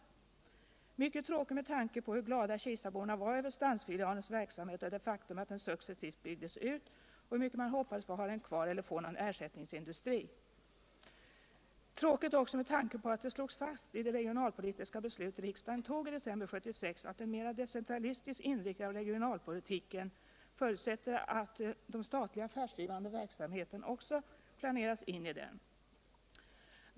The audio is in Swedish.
Mycket tråkigt är det med tanke på hur glada kisaborna var över stansfilialens verksamhet och det faktum att den successivt byggdes ut mellan 1966 och 1972 samt hur mycket man hoppades att få ha don kvar och, när detta inte gick, hur mycket man önskade få en ersättningsindustri. Tråkigt är det också med tanke på att det slogs fast i det regionalpolitiska beslut som riksdagen fattade i december 1976 att en mera decentralistisk inriktning av regionalpolitiken förutsätter att den statliga affärsdrivande verksamheten också planeras in i den.